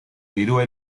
dirua